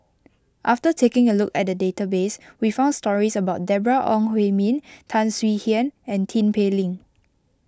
after taking a look at the database we found stories about Deborah Ong Hui Min Tan Swie Hian and Tin Pei Ling